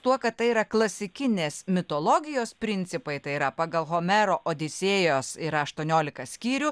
tuo kad tai yra klasikinės mitologijos principai tai yra pagal homero odisėjos yra aštuoniolika skyrių